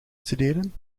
studeren